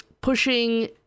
pushing